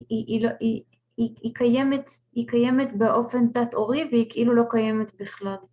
‫היא קיימת באופן תת-עורי ‫והיא כאילו לא קיימת בכלל.